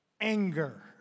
anger